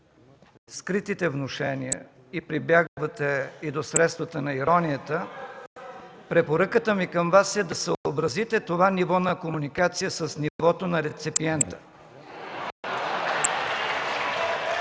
скритите внушения и прибягвате до средствата на иронията, препоръката ми към Вас е да съобразите това ниво на комуникация с нивото на реципиента.